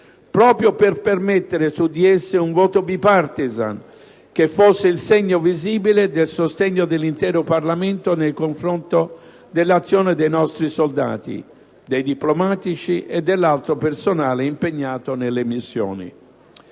proprio per permettere su di esse un voto *bipartisan*, che fosse il segno visibile del sostegno dell'intero Parlamento nei confronti dell'azione dei nostri soldati, dei diplomatici e dell'altro personale impegnato nelle missioni.